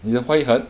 你的华语很